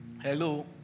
Hello